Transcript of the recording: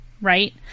Right